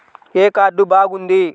ఏ card బాగుంది?